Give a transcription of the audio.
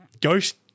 ghost